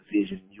Vision